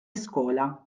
iskola